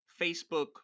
Facebook